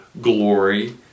glory